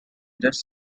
just